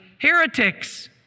heretics